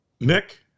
Nick